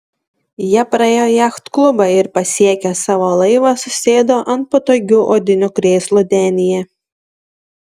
jie praėjo jachtklubą ir pasiekę savo laivą susėdo ant patogių odinių krėslų denyje